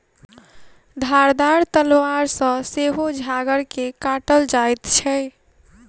धारदार तलवार सॅ सेहो झाइड़ के काटल जाइत छै